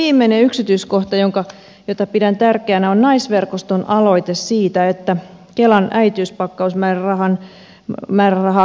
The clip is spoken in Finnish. vielä viimeinen yksityiskohta jota pidän tärkeänä on naisverkoston aloite siitä että kelan äitiyspakkausmäärärahaa korotettaisiin